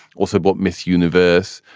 also, what miss universe.